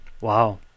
Wow